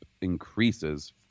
increases